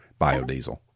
biodiesel